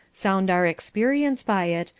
sound our experience by it,